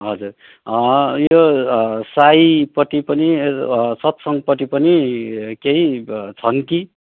हजुर यो साईपट्टि पनि सत्संगपट्टि पनि केही छन् कि